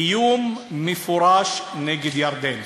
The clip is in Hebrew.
איום מפורש נגד ירדן.